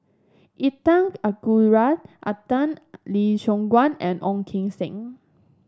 Intan Azura Lee Choon Guan and Ong Keng Sen